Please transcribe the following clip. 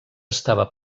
estava